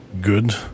good